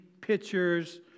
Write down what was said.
pictures